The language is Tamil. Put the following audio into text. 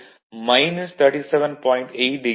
67 ஆங்கில் 37